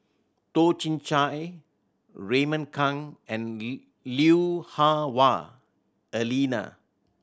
Toh Chin Chye Raymond Kang and Lui Hah Wah Elena